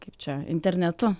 kaip čia internetu